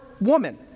woman